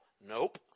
Nope